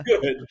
good